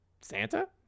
Santa